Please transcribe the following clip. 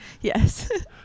yes